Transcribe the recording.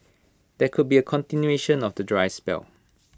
there could be A continuation of the dry spell